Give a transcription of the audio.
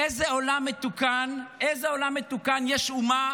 באיזה עולם מתוקן יש אומה